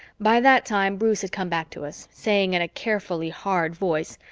by that time, bruce had come back to us, saying in a carefully hard voice,